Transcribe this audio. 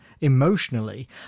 emotionally